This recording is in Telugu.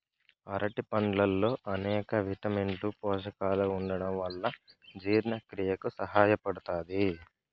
అరటి పండ్లల్లో అనేక విటమిన్లు, పోషకాలు ఉండటం వల్ల జీవక్రియకు సహాయపడుతాది